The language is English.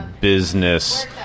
business